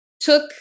took